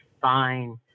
fine